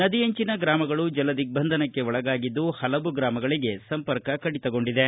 ನದಿಯಂಚಿನ ಗ್ರಾಮಗಳು ಜಲದಿಗ್ಬಂಧನಕ್ಕೆ ಒಳಗಾಗಿದ್ದು ಪಲವು ಗ್ರಾಮಗಳಿಗೆ ಸಂಪರ್ಕ ಕಡಿತಗೊಂಡಿದೆ